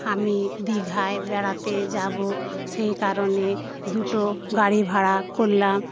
আমি দীঘায় বেড়াতে যাবো সেই কারণে দুটো গাড়ি ভাড়া করলাম